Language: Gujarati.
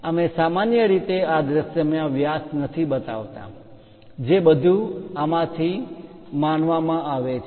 અમે સામાન્ય રીતે આ દૃશ્યમાં વ્યાસ બતાવતા નથી જે બધું આમાંથી માનવામાં આવે છે